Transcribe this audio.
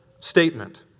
Statement